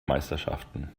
meisterschaften